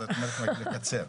אז את מבקשת לקצר.